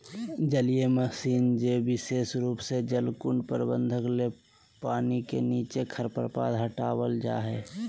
जलीय मशीन जे विशेष रूप से जलकुंड प्रबंधन ले पानी के नीचे खरपतवार हटावल जा हई